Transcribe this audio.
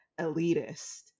elitist